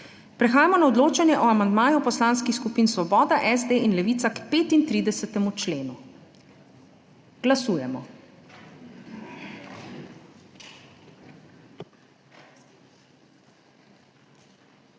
prehajamo na odločanje o amandmaju Poslanskih skupin Svoboda, SD in Levica k 140. členu. Glasujemo.